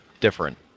different